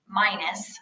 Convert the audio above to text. minus